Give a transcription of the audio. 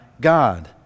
God